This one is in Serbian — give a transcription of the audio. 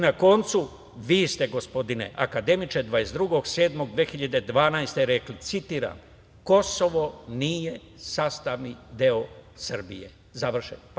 Na koncu, vi ste, gospodine akademiče, 22.7.2012. godine rekli, citiram – Kosovo nije sastavni deo Srbije, završen citat.